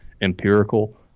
empirical